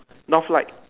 Northlight